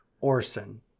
Orson